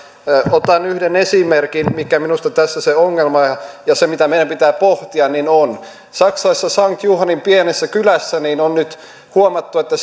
otan yhden esimerkin siitä mikä minusta tässä on se ongelma ja se mitä meidän pitää pohtia saksassa sankt johannin pienessä kylässä on nyt huomattu että